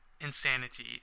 insanity